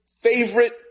favorite